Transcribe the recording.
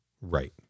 Right